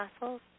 muscles